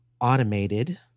automated